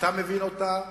אתה מבין אותה,